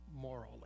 morally